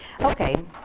okay